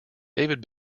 david